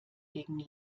gegen